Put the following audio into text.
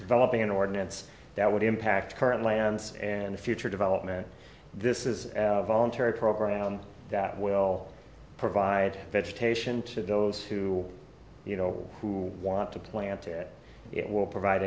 developing an ordinance that would impact current lands and future development this is a voluntary program that will provide vegetation to those who you know who want to plant it it will provide